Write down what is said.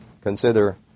consider